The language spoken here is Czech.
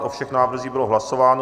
O všech návrzích bylo hlasováno.